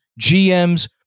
GMs